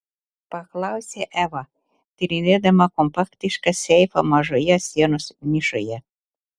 paklausė eva tyrinėdama kompaktišką seifą mažoje sienos nišoje